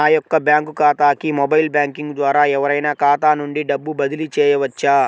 నా యొక్క బ్యాంక్ ఖాతాకి మొబైల్ బ్యాంకింగ్ ద్వారా ఎవరైనా ఖాతా నుండి డబ్బు బదిలీ చేయవచ్చా?